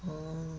orh